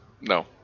No